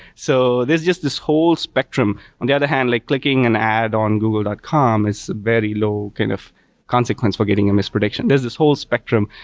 so there's just this whole spectrum. on the other hand, like clicking an add on google dot com is very low kind of consequence for getting a miss prediction. there's this whole spectrum.